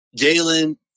Jalen